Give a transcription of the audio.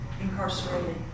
incarcerated